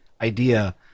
idea